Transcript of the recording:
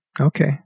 Okay